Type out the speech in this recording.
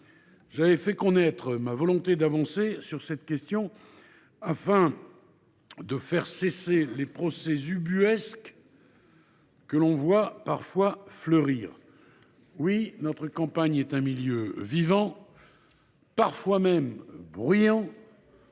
j’ai fait connaître ma volonté d’avancer sur cette question, afin de faire cesser les procès ubuesques que l’on voit fleurir régulièrement. Car, oui, notre campagne est un milieu vivant, parfois même bruyant